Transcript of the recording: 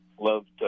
loved